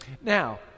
now